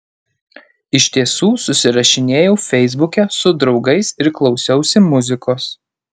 iš tiesų susirašinėjau feisbuke su draugais ir klausiausi muzikos